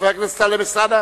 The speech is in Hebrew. חבר הכנסת טלב אלסאנע.